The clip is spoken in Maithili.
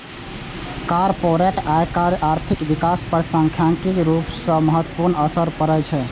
कॉरपोरेट आयकर के आर्थिक विकास पर सांख्यिकीय रूप सं महत्वपूर्ण असर पड़ै छै